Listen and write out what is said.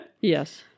Yes